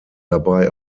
dabei